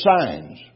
signs